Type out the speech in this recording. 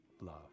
love